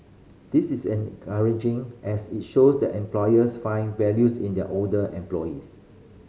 this is encouraging as it shows that employers find values in their older employees